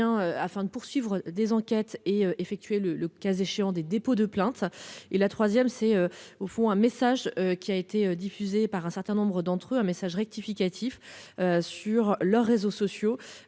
afin de poursuivre des enquêtes et effectuées le le cas échéant, des dépôts de plainte et la troisième c'est au fond un message qui a été diffusé par un certain nombre d'entre eux un message rectificatif. Sur leurs réseaux sociaux